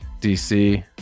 DC